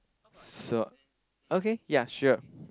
so okay ya sure